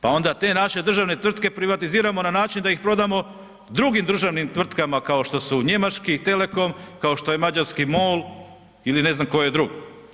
Pa onda te naše državne tvrtke privatiziramo na način da ih prodamo drugim državnim tvrtkama kao što su njemačkih telekom, kao što je mađarski MOL ili ne znam koje drugo.